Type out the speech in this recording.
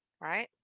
right